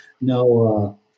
no